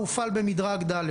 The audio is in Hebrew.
הרחפן הופעל במדרג ד'.